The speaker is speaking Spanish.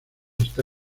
está